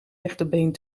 rechterbeen